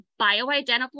Bioidentical